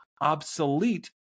obsolete